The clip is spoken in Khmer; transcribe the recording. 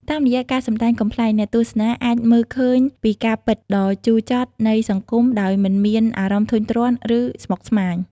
តាមរយៈការសម្ដែងកំប្លែង អ្នកទស្សនាអាចមើលឃើញពីការពិតដ៏ជូរចត់នៃសង្គមដោយមិនមាន អារម្មណ៍ធុញទ្រាន់ ឬស្មុគស្មាញ។